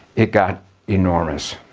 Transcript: it got enormous.